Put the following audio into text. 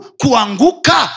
kuanguka